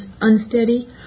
unsteady